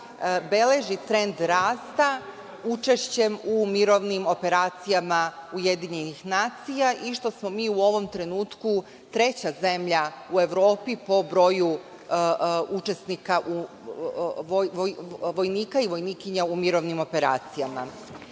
beleži trend rasta učešćem u mirovnim operacijama UN i što smo mi u ovom trenutku treća zemlja u Evropi po broju učesnika vojnika i vojnikinja u mirovnim operacijama. Učešće